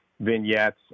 vignettes